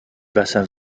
bassin